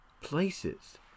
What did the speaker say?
places